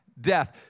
death